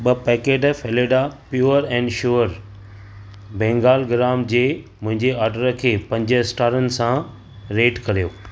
ॿ पैकेट फ़ेलेडा pure and sure Bengal gram जे मुंहिंजे ऑर्डर खे पंज स्टारनि सां रेट करियो